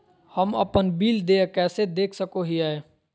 हम अपन बिल देय कैसे देख सको हियै?